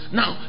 now